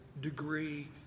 degree